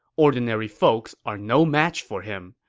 ordinary folks are no match for him.